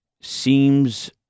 seems